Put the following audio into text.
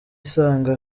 usanga